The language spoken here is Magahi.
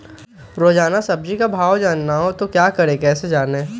रोजाना सब्जी का भाव जानना हो तो क्या करें कैसे जाने?